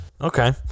okay